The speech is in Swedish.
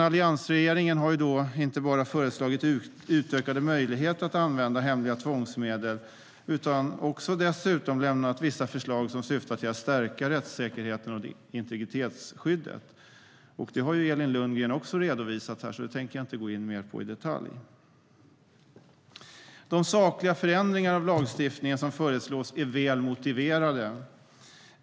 Alliansregeringen har dock inte bara föreslagit utökade möjligheter att använda hemliga tvångsmedel utan dessutom lämnat vissa förslag som syftar till att stärka rättssäkerheten och integritetsskyddet. Det har Elin Lundgren också redovisat här, så det tänker jag inte gå in mer på i detalj. De sakliga förändringar av lagstiftningen som föreslås är väl motiverade.